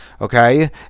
Okay